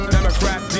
Democrat